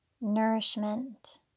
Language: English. Nourishment